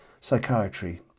psychiatry